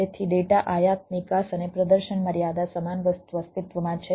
તેથી ડેટા આયાત નિકાસ અને પ્રદર્શન મર્યાદા સમાન વસ્તુ અસ્તિત્વમાં છે